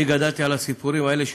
אני גדלתי על הסיפורים האלה.